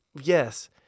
Yes